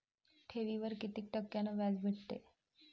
ठेवीवर कितीक टक्क्यान व्याज भेटते?